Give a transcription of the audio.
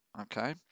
okay